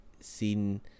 seen